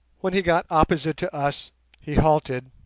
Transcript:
when he got opposite to us he halted,